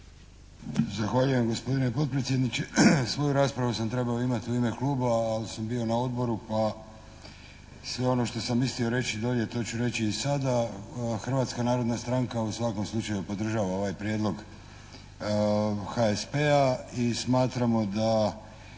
Zahvaljujem gospodine potpredsjedniče. Svoju raspravu sam trebao imati u ime kluba, ali sam bio na odboru pa sve ono što sam mislio reći dolje to ću reći i sada. Hrvatska narodna stranka u svakom slučaju podržava ovaj prijedlog HSP-a i smatramo da